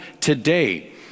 today